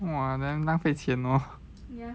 !wah! then 浪费钱哦